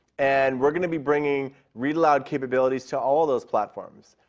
and we are going to be bringing read aloud capabilities to all of those platforms.